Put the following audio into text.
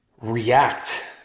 react